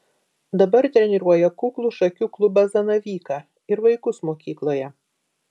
dabar treniruoja kuklų šakių klubą zanavyką ir vaikus mokykloje